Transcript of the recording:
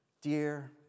Dear